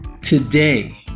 today